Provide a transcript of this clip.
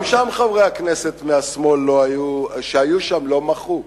גם שם, חברי הכנסת מהשמאל שהיו שם לא מחו.